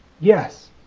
yes